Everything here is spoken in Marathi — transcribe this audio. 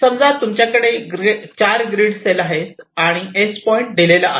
समजा तुमच्याकडे 4 ग्रीड सेल आहेत आणि पॉईंट S दिलेला आहे